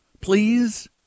please